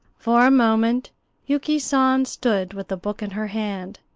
for a moment yuki san stood with the book in her hand,